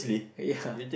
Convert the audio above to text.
ya